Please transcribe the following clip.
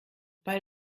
weil